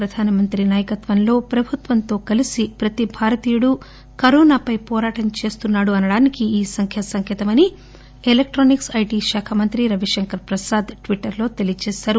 ప్రధానమంత్రి నాయకత్వంలో ప్రభుత్వంతో కలిసి ప్రతి భారతీయుడు కరోనా పై వోరాటం చేస్తున్నారు అనడానికి ఈ సంఖ్య సంకేతమని ఎలక్షానిక్స్ ఐటీ మంత్రి రవిశంకర్ ప్రసాద్ ట్విటర్లోతెలియ చేశారు